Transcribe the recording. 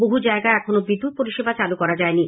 বহু জায়গায় এখনও বিদ্যেত্ পরিষেবা চালু করা যয়ানি